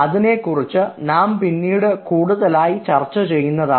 അതിനെക്കുറിച്ച് നാം പിന്നീട് കൂടുതലായി ചർച്ച ചെയ്യുന്നതാണ്